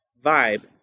Vibe